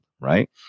right